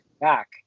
back